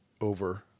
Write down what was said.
over